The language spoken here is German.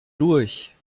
durch